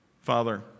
Father